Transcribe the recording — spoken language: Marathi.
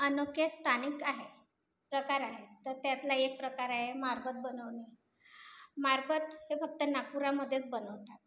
अनोखे स्थानिक आहे प्रकार आहे तर त्यातला एक प्रकार आहे मारबत बनवणे मारबत हे फक्त नागपूरामध्येच बनवतात